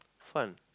fun